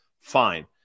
Fine